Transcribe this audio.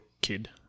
kid